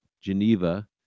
Geneva